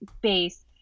base